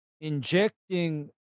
injecting